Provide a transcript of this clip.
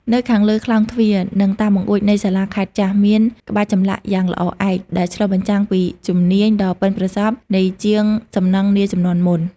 នៅខាងលើក្លោងទ្វារ និងតាមបង្អួចនៃសាលាខេត្តចាស់ មានក្បាច់ចម្លាក់យ៉ាងល្អឯក ដែលឆ្លុះបញ្ចាំងពីជំនាញដ៏ប៉ិនប្រសប់នៃជាងសំណង់នាជំនាន់មុន។